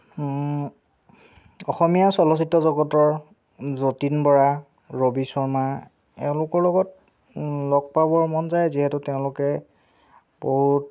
অসমীয়া চলচিত্ৰ জগতৰ যতীন বৰা ৰবি শৰ্মা এওঁলোকৰ লগত লগ পাবৰ মন যায় যিহেতু তেওঁলোকে বহুত